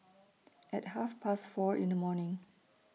At Half Past four in The morning